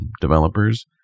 developers